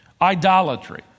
idolatry